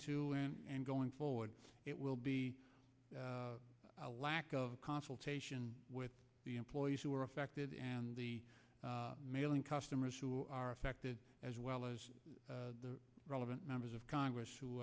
two and going forward it will be a lack of consultation with the employees who are affected and the mailing customers who are affected as well as the relevant members of congress who